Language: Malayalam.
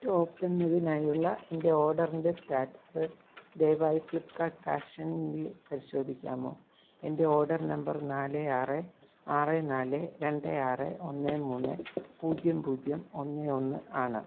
ടോപ്പ് എന്നതിനായുള്ള എൻ്റെ ഓർഡറിൻ്റെ സ്റ്റാറ്റസ് ദയവായി ഫ്ലിപ്പ്കാർട്ട് ഫാഷനിൽ പരിശോധിക്കാമോ എൻ്റെ ഓർഡർ നമ്പർ നാല് ആറ് ആറ് നാല് രണ്ട് ആറ് മൂന്ന് പൂജ്യം പൂജ്യം ഒന്ന് ഒന്ന് ആണ്